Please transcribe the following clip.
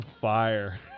fire